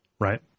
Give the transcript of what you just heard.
right